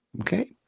Okay